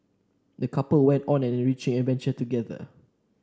the couple went on an enriching adventure together